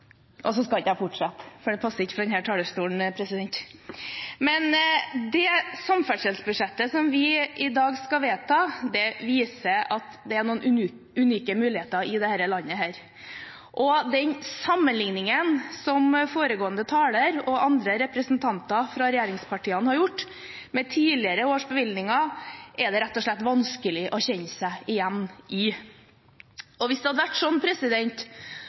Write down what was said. Så skal ikke jeg fortsette, for det passer seg ikke fra denne talerstolen. Det samferdselsbudsjettet som vi i dag skal vedta, viser at det er noen unike muligheter i dette landet. Den sammenligningen som foregående taler og andre representanter fra regjeringspartiene har gjort med tidligere års bevilgninger, er det rett og slett vanskelig å kjenne seg igjen i. Hvis det hadde vært